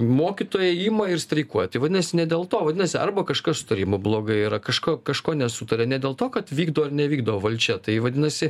mokytojai ima ir streikuoja tai vadinasi ne dėl to vadinasi arba kažkas sutarimu blogai yra kažko kažko nesutaria ne dėl to kad vykdo ar nevykdo valdžia tai vadinasi